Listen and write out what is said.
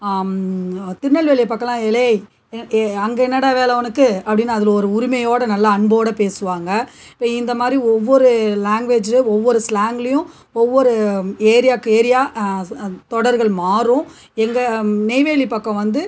திருநெல்வேலி பக்கம்லா எலேய் அங்கே என்னடா வேலை உனக்கு அப்படினு அதில் ஒரு உரிமையோடு நல்ல அன்போடு பேசுவாங்கள் இப்போ இந்தமாதிரி ஒவ்வோரு லாங்குவேஜில் ஒவ்வொரு ஸ்லாங்கிலேயும் ஒவ்வொரு ஏரியாக்கு ஏரியா தொடர்கள் மாறும் எங்கள் நெய்வேலி பக்கம் வந்து